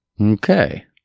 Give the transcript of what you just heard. Okay